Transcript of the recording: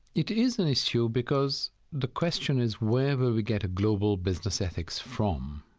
it is an issue because the question is where will we get a global business ethic from?